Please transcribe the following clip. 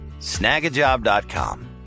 Snagajob.com